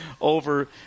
over